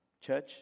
Church